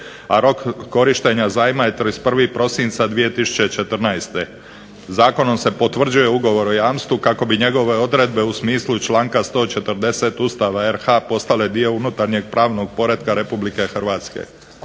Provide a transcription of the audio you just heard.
a rok korištenja zajma je 31. prosinca 2014. Zakonom se potvrđuje ugovor o jamstvu kako bi njegove odredbe u smislu članka 140. Ustava RH postale dio unutarnjeg pravnog poretka Republike Hrvatske.